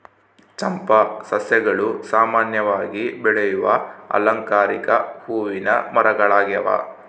ಚಂಪಾ ಸಸ್ಯಗಳು ಸಾಮಾನ್ಯವಾಗಿ ಬೆಳೆಯುವ ಅಲಂಕಾರಿಕ ಹೂವಿನ ಮರಗಳಾಗ್ಯವ